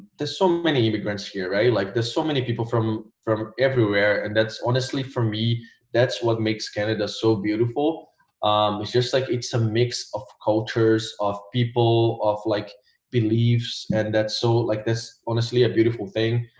there's so many immigrants here right like there's so many people from from everywhere and that's honestly for me that's what makes canada so beautiful it's just like it's a mix of cultures of people of like beliefs and that's so like this honestly a beautiful thing